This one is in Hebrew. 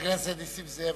חבר הכנסת נסים זאב,